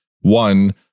one